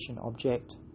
object